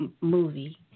movie